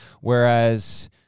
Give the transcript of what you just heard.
Whereas